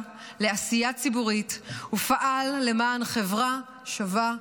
לעשייה ציבורית ופעל למען חברה שווה וצודקת.